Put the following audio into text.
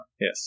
Yes